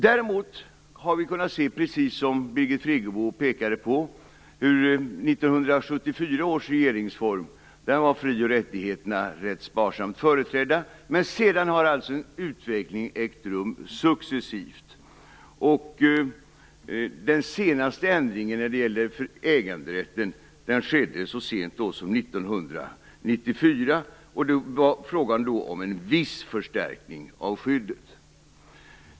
Däremot har vi kunnat se, precis som Birgit Friggebo pekade på, hur i 1974 års regeringsform fri och rättigheterna var sparsamt företrädda. Men sedan har en utveckling ägt rum successivt. Den senaste ändringen i fråga om äganderätten ägde rum så sent som 1994. Det var då frågan om en viss förstärkning av skyddet.